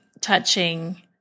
touching